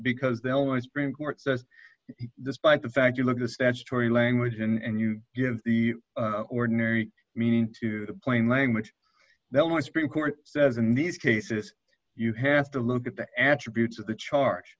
because they always bring court says despite the fact you look the statutory language and you give the ordinary meaning to the plain language they want supreme court says in these cases you have to look at the attributes of the charge